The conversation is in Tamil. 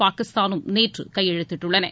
பாகிஸ்தானும் நேற்று கையெழுத்திட்டுள்ளன